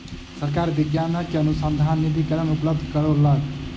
सरकार वैज्ञानिक के अनुसन्धान निधिकरण उपलब्ध करौलक